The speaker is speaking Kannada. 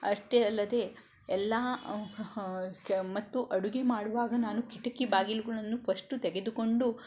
ಅಷ್ಟೇ ಅಲ್ಲದೆ ಎಲ್ಲ ಮತ್ತು ಅಡುಗೆ ಮಾಡುವಾಗ ನಾನು ಕಿಟಕಿ ಬಾಗಿಲುಗಳನ್ನು ಫಸ್ಟು ತೆಗೆದುಕೊಂಡು